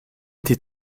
était